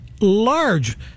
large